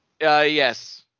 Yes